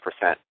percent